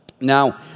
now